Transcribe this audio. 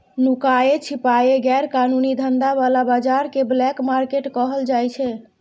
नुकाए छिपाए गैर कानूनी धंधा बला बजार केँ ब्लैक मार्केट कहल जाइ छै